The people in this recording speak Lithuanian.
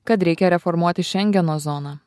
kad reikia reformuoti šengeno zoną